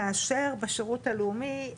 שרת ההתיישבות והמשימות הלאומיות